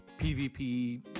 pvp